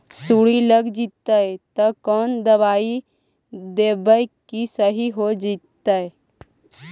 सुंडी लग जितै त कोन दबाइ देबै कि सही हो जितै?